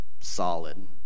solid